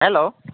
hello